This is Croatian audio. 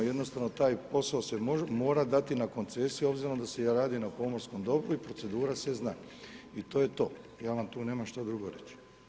Jednostavno taj posao se mora dati na koncesiju obzirom da se radi na pomorskom dobru i procedura se zna i to je to, ja vam nemam tu drugo što reći.